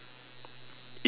it's not me